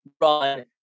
run